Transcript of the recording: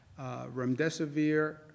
Remdesivir